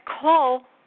call